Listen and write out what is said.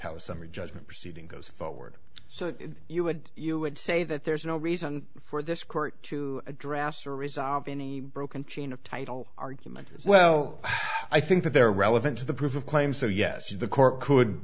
how summary judgment proceeding goes forward so you would you would say that there's no reason for this court to draft or resolve any broken chain of title argument well i think that they're relevant to the proof of claim so yes the court could